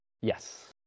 Yes